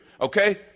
okay